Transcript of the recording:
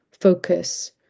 focus